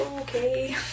Okay